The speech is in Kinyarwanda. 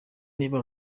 niba